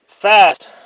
fast